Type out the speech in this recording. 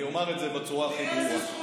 אני אומר את זה בצורה הכי ברורה,